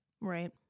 Right